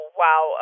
wow